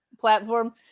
platform